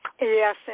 Yes